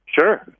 Sure